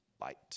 light